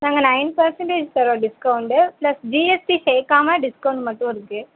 நாங்கள் nine percentage தரோம் discount plus GST சேர்க்காம டிஸ்கௌண்ட் மட்டும் இருக்குது